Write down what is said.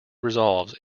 resolves